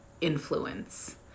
influence